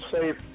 safe